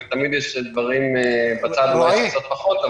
תמיד מהצד יש דברים שנראים קצת פחות,